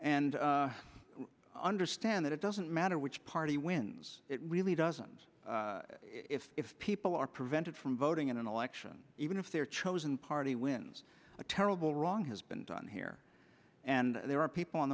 and understand that it doesn't matter which party wins it really doesn't if people are prevented from voting in an election even if their chosen party wins a terrible wrong has been done here and there are people